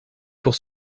pour